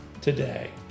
today